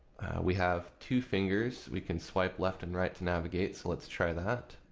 we have two fingers we can swipe left and right to navigate. so let's try that.